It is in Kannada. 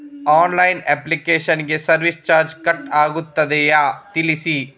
ಆನ್ಲೈನ್ ಅಪ್ಲಿಕೇಶನ್ ಗೆ ಸರ್ವಿಸ್ ಚಾರ್ಜ್ ಕಟ್ ಆಗುತ್ತದೆಯಾ ತಿಳಿಸಿ?